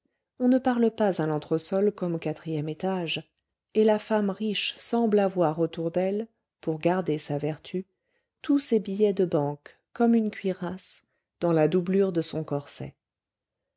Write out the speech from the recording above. on ne parle pas à l'entresol comme au quatrième étage et la femme riche semble avoir autour d'elle pour garder sa vertu tous ses billets de banque comme une cuirasse dans la doublure de son corset